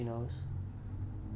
mm